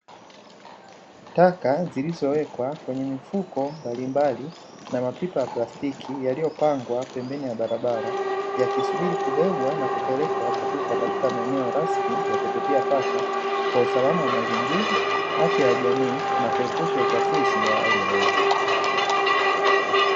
Takataka zilizowekwa kwenye mifuko mbalimbali na mapipa ya plastiki yaliyopangwa pembeni ya barabara, yakisubiri kubebwa na kupelekwa kutupwa katika maeneo rasmi ya kutupia taka kwa usalama wa mazingira, afya ya jamii na kuepusha uchafuzi wa hali ya hewa.